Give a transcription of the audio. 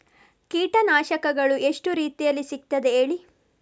ಕೀಟನಾಶಕಗಳು ಎಷ್ಟು ರೀತಿಯಲ್ಲಿ ಸಿಗ್ತದ ಹೇಳಿ